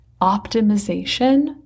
optimization